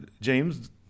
James